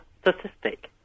statistic